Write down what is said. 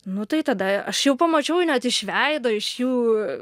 nu tai tada aš jau pamačiau jau net iš veido iš jų